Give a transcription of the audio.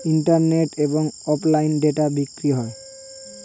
ইন্টারনেটে এবং অফলাইনে ডেটা বিক্রি হয়